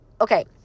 okay